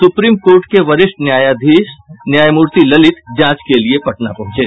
supreme Court के वरिष्ठ न्यायाधीश न्यायमूर्ति ललित जांच के लिये पटना पहुंचे